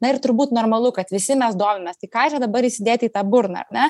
na ir turbūt normalu kad visi mes domimės tai ką čia dabar įsidėti į tą burną